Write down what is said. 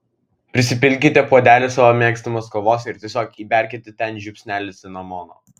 prisipilkite puodelį savo mėgstamos kavos ir tiesiog įberkite ten žiupsnelį cinamono